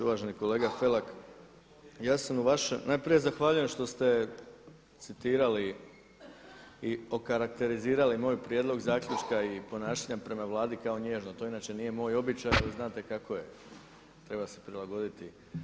Uvaženi kolega Felak, ja sam u vaše, najprije zahvaljujem što ste citirali i okarakterizirali moj prijedlog zaključka i ponašanja prema Vladi kao nježno, to inače nije moj običaj ali znate kako je, treba se prilagoditi.